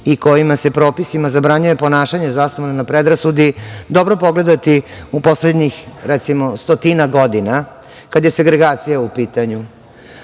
i kojima se propisima zabranjuje ponašanje zasnovano na predrasudi, dobro pogledati u poslednjih stotinak godina, kada je segregacija u